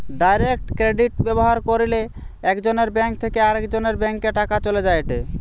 direct credit ব্যবহার কইরলে একজনের ব্যাঙ্ক থেকে আরেকজনের ব্যাংকে টাকা চলে যায়েটে